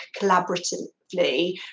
collaboratively